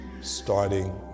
starting